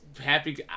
happy